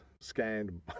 scanned